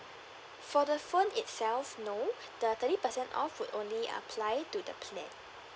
for the phone itself no the thirty percent off would only apply to the plan